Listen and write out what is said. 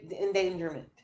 endangerment